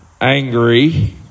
angry